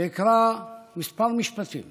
אקרא כמה משפטים